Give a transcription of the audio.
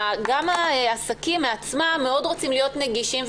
גם העסקים בעצמם מאוד רוצים להיות נגישים.